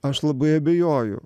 aš labai abejoju